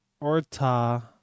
Orta